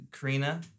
Karina